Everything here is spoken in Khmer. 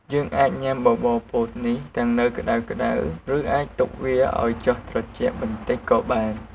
យើងអាចញ៉ាំបបរពោតនេះទាំងនៅក្ដៅៗ ឬអាចទុកវាឱ្យចុះត្រជាក់បន្តិចក៏បាន។